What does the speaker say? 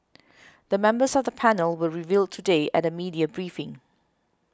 the members of the panel were revealed today at a media briefing